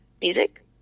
music